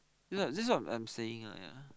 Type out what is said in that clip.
this what this what I am saying ah ya